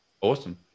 awesome